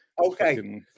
okay